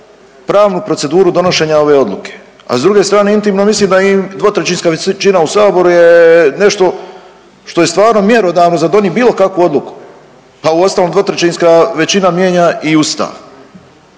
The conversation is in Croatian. pravnu proceduru donošenja ove odluke. A s druge strane intimno mislim da i dvotrećinska većina u Saboru je nešto što je stvarno mjerodavno za donijet bilo kakvu odluku, pa uostalom dvotrećinska većina mijenja i Ustav.